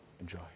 enjoy